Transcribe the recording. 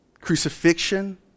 crucifixion